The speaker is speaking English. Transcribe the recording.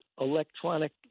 electronic